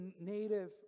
native